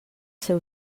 seu